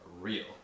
real